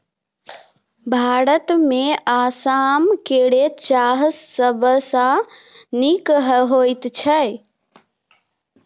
भारतमे आसाम केर चाह सबसँ नीक होइत छै